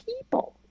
people